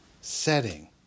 setting